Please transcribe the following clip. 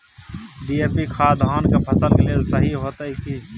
DAP खाद धान के फसल के लेल सही होतय की?